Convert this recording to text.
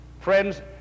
Friends